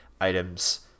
items